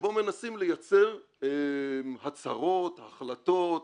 שבו מנסים לייצר הצהרות, החלטות,